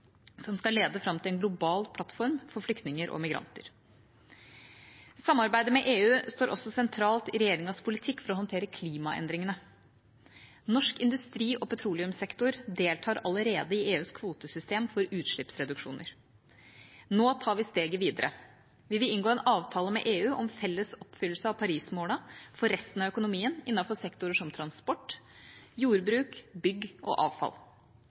som skal lede fram til en global plattform for flyktninger og migranter. Samarbeidet med EU står også sentralt i regjeringas politikk for å håndtere klimaendringene. Norsk industri og petroleumssektor deltar allerede i EUs kvotesystem for utslippsreduksjoner. Nå tar vi steget videre. Vi vil inngå en avtale med EU om felles oppfyllelse av målene i Parisavtalen for resten av økonomien, innenfor sektorer som transport, jordbruk, bygg og avfall.